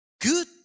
Good